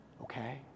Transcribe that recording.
okay